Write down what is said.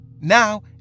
Now